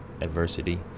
Adversity